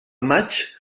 maig